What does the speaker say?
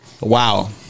Wow